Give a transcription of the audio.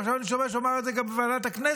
ועכשיו אני שומע שהוא אמר את זה גם בוועדת הכנסת.